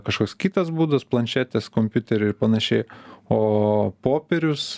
kažkoks kitas būdas planšetės kompiuteriai ir panašiai o popierius